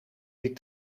die